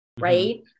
Right